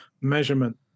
measurement